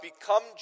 become